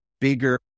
bigger